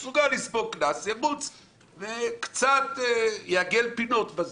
הוא מסוגל לספוג קנס וירוץ וקצת יעגל פינות.